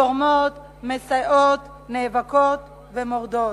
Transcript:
תורמות, מסייעות, נאבקות ומורדות.